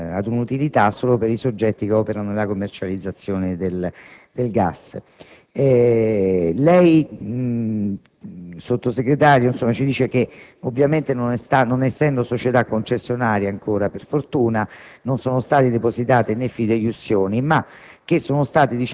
utilità solo per i soggetti che operano nella commercializzazione del gas. Lei, signor Sottosegretario, ci dice che, ovviamente, non essendo ancora società concessionaria, per fortuna, non sono state depositate le fideiussioni, ma